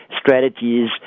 strategies